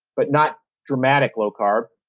but not dramatically low carb,